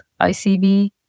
ICB